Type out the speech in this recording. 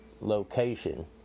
location